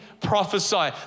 prophesy